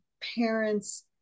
parents